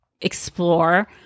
explore